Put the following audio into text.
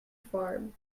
farm